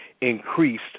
increased